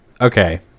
okay